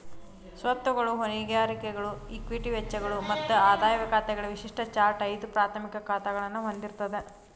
ಸ್ವತ್ತುಗಳು, ಹೊಣೆಗಾರಿಕೆಗಳು, ಇಕ್ವಿಟಿ ವೆಚ್ಚಗಳು ಮತ್ತ ಆದಾಯ ಖಾತೆಗಳ ವಿಶಿಷ್ಟ ಚಾರ್ಟ್ ಐದು ಪ್ರಾಥಮಿಕ ಖಾತಾಗಳನ್ನ ಹೊಂದಿರ್ತದ